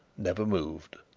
never moved.